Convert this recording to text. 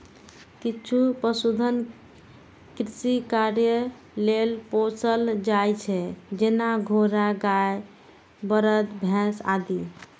किछु पशुधन कृषि कार्य लेल पोसल जाइ छै, जेना घोड़ा, गाय, बरद, भैंस आदि